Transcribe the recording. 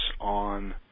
on